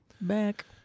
Back